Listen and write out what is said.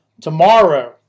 tomorrow